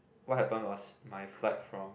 what happen was my flight from